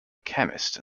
chemist